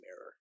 error